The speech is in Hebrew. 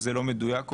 זה לא כל כך מדויק.